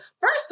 First